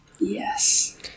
Yes